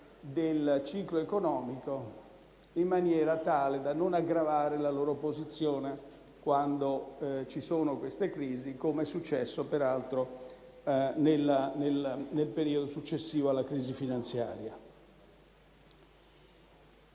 del ciclo economico, in maniera tale da non aggravare la loro posizione quando ci sono crisi, com'è successo peraltro nel periodo successivo alla crisi finanziaria.